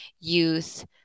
youth